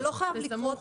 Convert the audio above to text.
זה לא חייב לקרות.